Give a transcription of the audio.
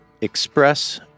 express